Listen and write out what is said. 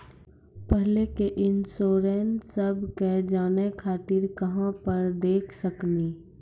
पहले के इंश्योरेंसबा के जाने खातिर कहां पर देख सकनी?